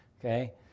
okay